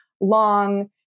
long